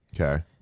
Okay